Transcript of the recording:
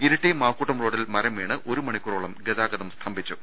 ഇരിട്ടി മാക്കൂട്ടം റോഡിൽ മരം വീണ് ഒരു മണിക്കൂറോളം ഗതാഗതം സ്തംഭിച്ചു